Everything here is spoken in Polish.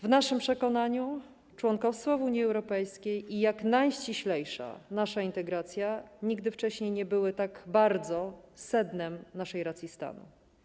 W naszym przekonaniu członkostwo w Unii Europejskiej i nasza jak najściślejsza integracja nigdy wcześniej nie były tak bardzo sednem naszej racji stanu.